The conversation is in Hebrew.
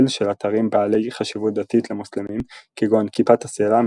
של אתרים בעלי חשיבות דתית למוסלמים כגון כיפת הסלע,